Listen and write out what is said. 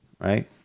Right